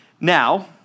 Now